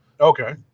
okay